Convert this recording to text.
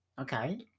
Okay